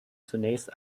zunächst